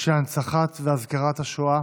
של הנצחה והזכרת השואה,